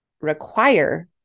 require